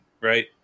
right